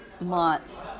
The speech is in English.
month